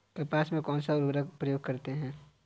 कपास में कौनसा उर्वरक प्रयोग करते हैं?